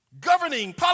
Governing